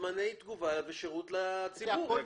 לזמני תגובה, שירות לציבור והגנה על המידע.